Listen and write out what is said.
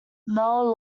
mel